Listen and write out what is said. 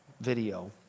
Video